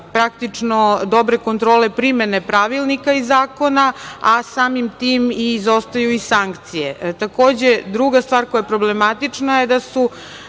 praktično dobre kontrole primene pravilnika i zakona, a samim tim izostaju i sankcije. Takođe, druga stvar koja je problematična je da su